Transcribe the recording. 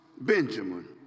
Benjamin